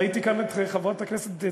ראיתי כאן את חברת הכנסת,